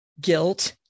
guilt